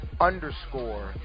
Underscore